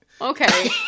okay